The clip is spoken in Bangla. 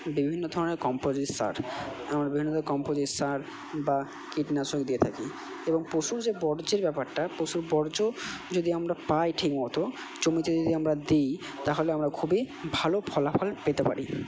বিভিন্ন ধরনের কম্পোসিট সার আমরা বিভিন্ন ধরনের কম্পোসিট সার বা কীটনাশক দিয়ে থাকি এবং পশুর যে বর্জ্যের ব্যাপারটা পশুর বর্জ্য যদি আমরা পাই ঠিকমতো জমিতে যদি আমরা দিই তাহলে আমরা খুবই ভালো ফলাফল পেতে পারি